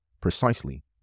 precisely